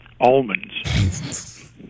almonds